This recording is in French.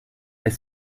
est